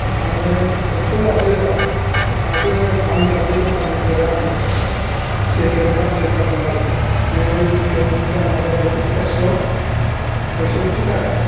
आङो बेंथल हाथायाव सासे पानजाबि दखाननिफ्राय आङो जेकेट गांसे बायनानै लाबोदोंमोन बे जेकेटनि दामा जादों एकस' पयसथ्थि थाखा